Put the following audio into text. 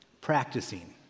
practicing